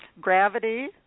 Gravity